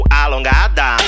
alongada